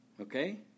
okay